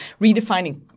redefining